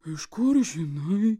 iš kur žinai